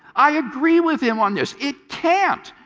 i agree with him on this! it can't!